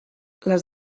les